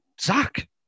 Zach